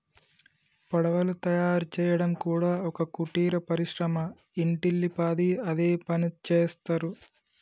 పడవలు తయారు చేయడం కూడా ఒక కుటీర పరిశ్రమ ఇంటిల్లి పాది అదే పనిచేస్తరు